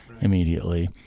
immediately